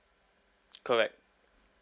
correct